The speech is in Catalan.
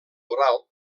oral